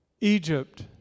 Egypt